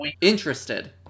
interested